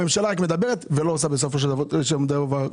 הממשלה רק מדברת ולא עושה שום דבר בסופו של דבר.